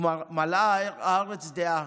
ומלאה הארץ דעה".